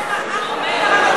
אנחנו עירבנו את הצבא?